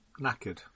knackered